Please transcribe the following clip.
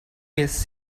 his